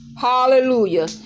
Hallelujah